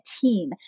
team